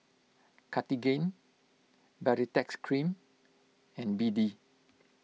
Cartigain Baritex Cream and B D